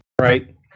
right